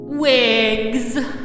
Wigs